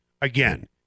again